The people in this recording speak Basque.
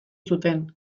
zuten